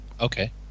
okay